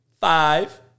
five